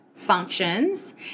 functions